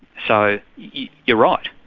so you're right,